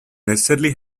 necessarily